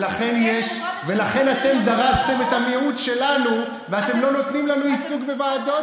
לכן אתם דרסתם את המיעוט שלנו ואתם לא נותנים לנו ייצוג בוועדות.